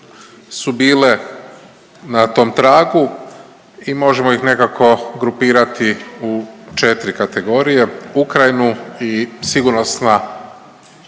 su bile na tom tragu i možemo ih nekako grupirati u 4 kategorije. Ukrajinu i sigurnosna